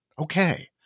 Okay